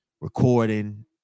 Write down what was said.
recording